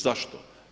Zašto?